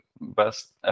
best